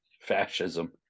fascism